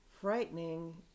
frightening